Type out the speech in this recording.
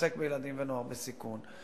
ועוסק בילדים ונוער בסיכון.